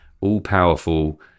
all-powerful